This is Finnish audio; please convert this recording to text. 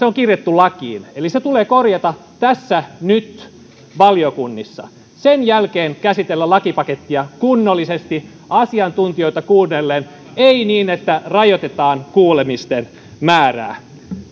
on kirjattu lakiin eli se tulee korjata tässä nyt valiokunnissa ja sen jälkeen käsitellä lakipakettia kunnollisesti asiantuntijoita kuunnellen ei niin että rajoitetaan kuulemisten määrää